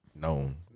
known